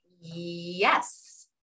Yes